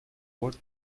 world